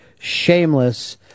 Shameless